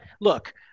look